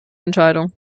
entscheidung